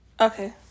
okay